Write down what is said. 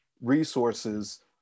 resources